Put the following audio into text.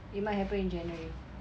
it might happen in january